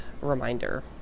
reminder